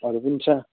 अरू पनि छ